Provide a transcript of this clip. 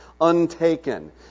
untaken